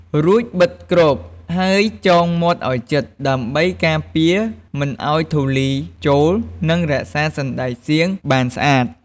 រួចបិទគ្រប ហើយចងមាត់ឱ្យជិត ដើម្បីការពារមិនឱ្យធូលីចូល និងរក្សារសណ្តែកសៀងបានស្អាត។